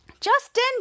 Justin